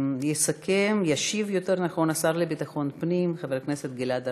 ישיב השר לביטחון פנים חבר הכנסת גלעד ארדן.